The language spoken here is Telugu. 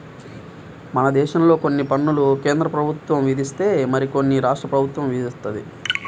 మనదేశంలో కొన్ని పన్నులు కేంద్రప్రభుత్వం విధిస్తే మరికొన్ని రాష్ట్ర ప్రభుత్వం విధిత్తది